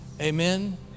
Amen